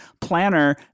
Planner